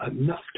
enough